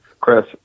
chris